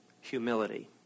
Humility